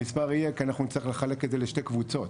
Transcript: המספר יהיה כי אנחנו נצטרך לחלק את זה לשתי קבוצות.